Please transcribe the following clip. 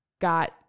got